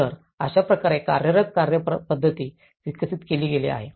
तर अशाप्रकारे कार्यरत कार्यपद्धती विकसित केली गेली आहे